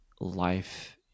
life